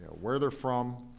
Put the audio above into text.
where they're from,